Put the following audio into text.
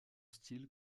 style